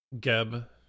geb